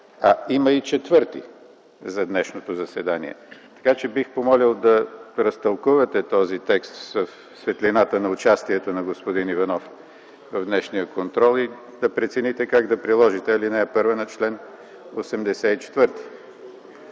а има и четвърти за днешното заседание. Така че бих помолил да разтълкувате този текст в светлината на участието на господин Иванов в днешния контрол и да прецените как да приложите ал. 1 на чл. 84.